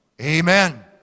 Amen